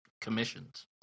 commissions